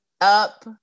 up